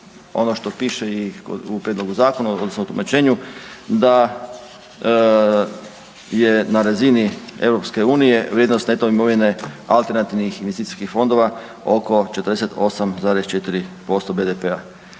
ono što piše i u prijedlogu zakona odnosno tumačenju da je na razini EU vrijednost imovine alternativnih investicijskih fondova oko 48,4% BDP-a.